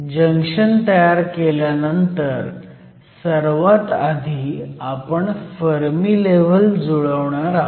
junction तयार केल्यानंतर सर्वात आधी आपण फर्मी लेव्हल जुळवणार आहोत